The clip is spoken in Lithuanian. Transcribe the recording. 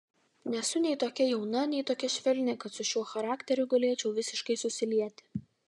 nesu nei tokia jauna nei tokia švelni kad su šiuo charakteriu galėčiau visiškai susilieti